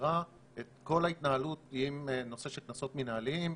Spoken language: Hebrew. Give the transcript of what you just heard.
מכירה את כל ההתנהלות עם נושא של קנסות מנהליים,